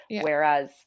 whereas